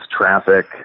traffic